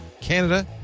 Canada